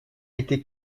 été